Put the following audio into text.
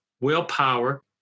Willpower